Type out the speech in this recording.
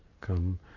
come